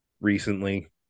recently